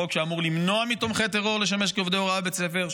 חוק שאמור למנוע מתומכי טרור לשמש כעובדי הוראה בבית ספר.